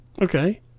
Okay